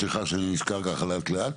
סליחה שאני נזכר ככה לאט לאט,